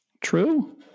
True